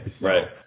Right